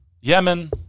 Yemen